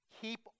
keep